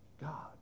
God